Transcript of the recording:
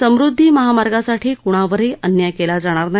समृद्धी महामार्गासाठी कुणावरही अन्याय केला जाणार नाही